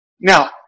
Now